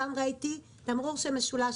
פעם ראיתי תמרור של משולש,